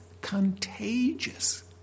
contagious